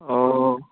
অঁ